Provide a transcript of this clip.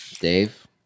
Dave